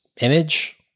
image